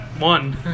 One